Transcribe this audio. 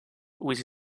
with